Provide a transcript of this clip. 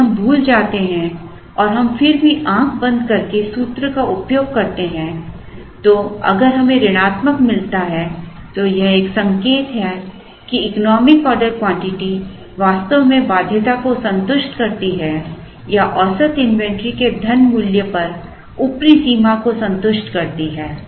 यदि हम भूल जाते हैं और हम फिर भी आँख बंद करके सूत्र का उपयोग करते हैं और अगर हमें ऋणात्मक मिलता है तो यह एक संकेत है कि इकोनॉमिक ऑर्डर क्वांटिटी वास्तव में बाध्यता को संतुष्ट करती है या औसत इन्वेंट्री के धनमूल्य पर ऊपरी सीमा को संतुष्ट करती है